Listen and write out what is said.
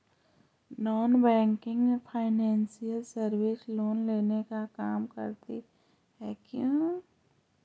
Non banking financial services loan देने का काम करती है क्यू?